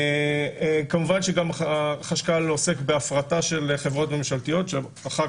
כמובן שגם החשכ"ל עוסק בהפרטת חברות ממשלתיות שאחר